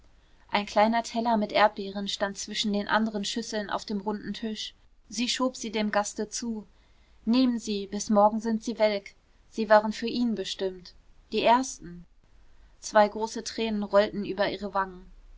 ein kleiner teller mit erdbeeren stand zwischen den anderen schüsseln auf dem runden tisch sie schob sie dem gaste zu nehmen sie bis morgen sind sie welk sie waren für ihn bestimmt die ersten zwei große tränen rollten über ihre wangen